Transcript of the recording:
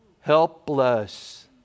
helpless